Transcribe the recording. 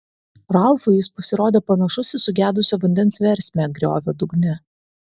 ralfui jis pasirodė panašus į sugedusio vandens versmę griovio dugne